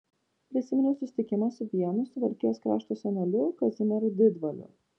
prisiminiau susitikimą su vienu suvalkijos krašto senoliu kazimieru didvaliu